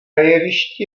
jevišti